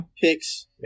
picks